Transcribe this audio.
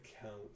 account